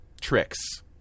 Tricks